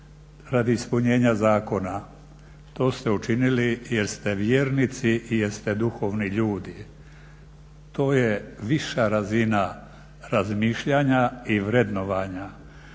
radi ispunjenja zakona to ste učinili jer ste vjernici i jer ste duhovni ljudi. To je viša razina razmišljanja i vrednovanja.